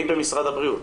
מי במשרד הבריאות?